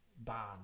bad